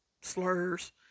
slurs